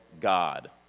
God